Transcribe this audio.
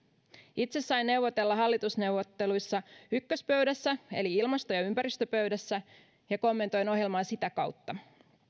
itse sain neuvotella hallitusneuvotteluissa ykköspöydässä eli ilmasto ja ympäristöpöydässä ja kommentoin ohjelmaa sitä kautta